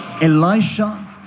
Elisha